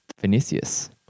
Vinicius